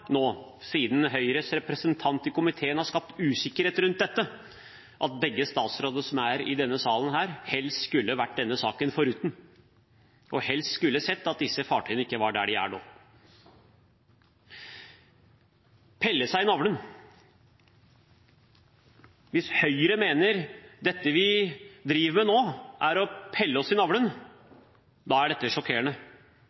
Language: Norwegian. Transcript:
nå, siden Høyres representant i komiteen har skapt usikkerhet rundt dette, at begge statsrådene som er i salen her, helst skulle vært denne saken foruten, og helst skulle sett at disse fartøyene ikke var der de er nå. Hvis Høyre mener at dette vi driver med nå, er å pille seg i